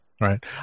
right